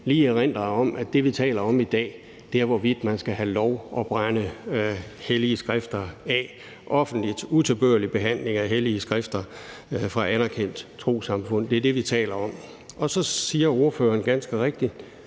lige erindre om, at det, vi taler om i dag, er, hvorvidt man skal have lov at brænde hellige skrifter af offentligt, altså utilbørlig behandling af hellige skrifter fra et anerkendt trossamfund. Det er det, vi taler om. Så siger ordføreren ganske rigtigt